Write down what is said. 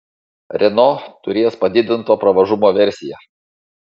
renault turės padidinto pravažumo versiją